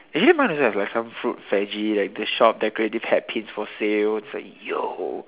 eh mine also have like some fruit veggie like the shop decorative hats pins for sale so yo